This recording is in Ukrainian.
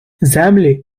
землі